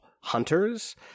hunters